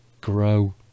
grow